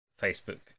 Facebook